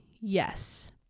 Yes